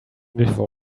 before